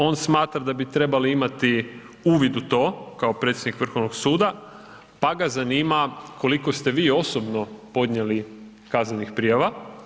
On smatra da bi trebali imati uvid u to, kao predsjednik Vrhovnog suda pa ga zanima koliko ste vi osobno podnijeli kaznenih prijava.